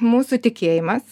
mūsų tikėjimas